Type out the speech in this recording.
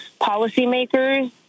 policymakers